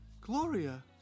gloria